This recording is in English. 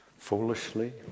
Foolishly